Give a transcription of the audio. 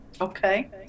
Okay